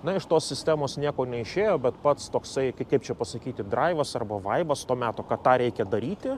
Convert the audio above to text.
na iš tos sistemos nieko neišėjo bet pats toksai ka kaip čia pasakyti draivas arba vaibas to meto kad tą reikia daryti